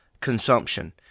consumption